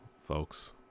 folks